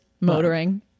motoring